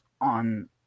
on